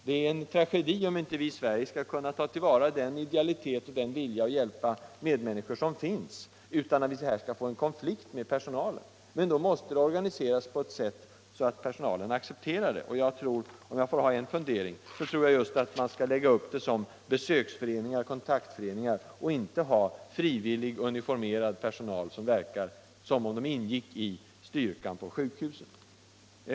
Det är en tragedi om vi inte i Sverige kan ta till vara den idealitet och den vilja att hjälpa medmänniskor som finns utan att man därigenom kommer i konflikt med sjukhuspersonalen. Verksamheten måste organiseras på ett sådant sätt att personalen accepterar den. Jag tror, om jag får framföra en fundering, att man skall lägga upp denna verksamhet som besöksföreningar eller kontaktföreningar och inte ha frivillig uniformerad personal som ger intryck av att ingå i personalstyrkan på sjukhusen.